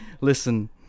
listen